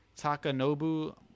takanobu